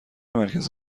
مرکز